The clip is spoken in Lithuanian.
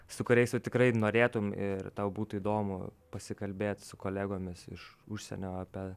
su kuriais tu tikrai norėtum ir tau būtų įdomu pasikalbėt su kolegomis iš užsienio apie